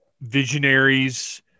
Visionaries